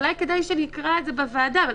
אולי כדאי שנקרא את זה בוועדה.